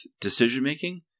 decision-making